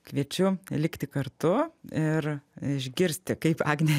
kviečiu likti kartu ir išgirsti kaip agnė